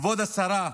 כבוד השרה,